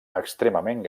extremament